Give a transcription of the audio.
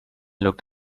looked